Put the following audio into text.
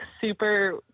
super